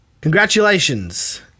Congratulations